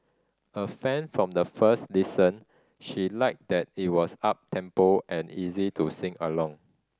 a fan from the first listen she liked that it was uptempo and easy to sing along